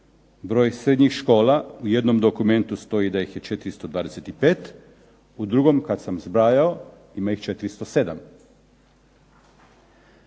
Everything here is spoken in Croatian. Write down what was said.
Broj srednjih škola u jednom dokumentu stoji da ih 425. U drugom kad sam zbrajao ima ih 407.